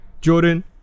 Jordan